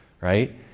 Right